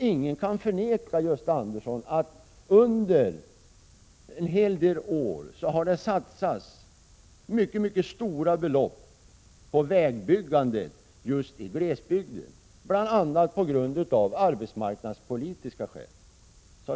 Ingen kan förneka, Gösta Andersson, att det under en hel del år har satsats mycket stora belopp på vägbyggande just i glesbygd bl.a. av arbetsmarknadspolitiska skäl.